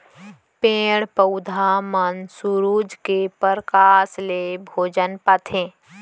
पेड़ पउधा मन सुरूज के परकास ले भोजन पाथें